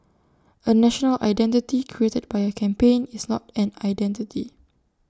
A 'national identity' created by A campaign is not an identity